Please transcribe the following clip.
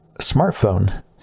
smartphone